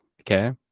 Okay